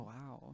Wow